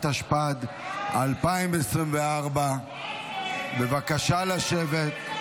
התשפ"ד 2024. בבקשה לשבת.